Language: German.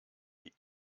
die